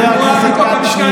חבר הכנסת כץ,